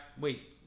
Wait